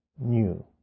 new